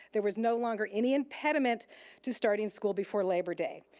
there was no longer any impediment to starting school before labor day.